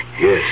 Yes